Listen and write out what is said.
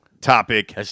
Topic